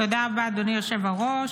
תודה רבה, אדוני היושב-ראש.